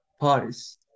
Paris